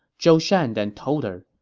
zhou shan then told her,